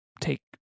take